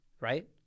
right